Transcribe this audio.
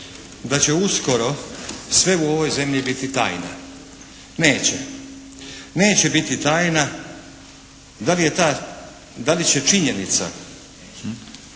da će uskoro sve u ovoj zemlji biti tajna. Neće. Neće biti tajna. Da li će činjenica